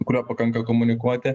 kuriuo pakanka komunikuoti